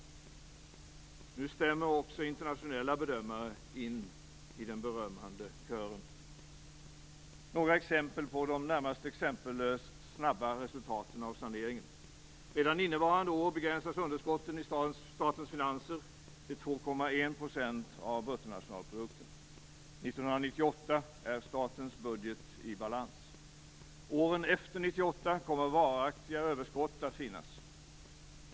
Nu stämmer också internationella bedömare in i den berömmande kören. Det finns många exempel på de närmast exempellöst snabba resultaten av saneringen. Redan innevarande år begränsas underskotten i statens finanser till 2,1 % av bruttonationalprodukten. 1998 är statens budget i balans. Åren efter 1998 kommer varaktiga överskott att finnas.